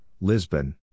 Lisbon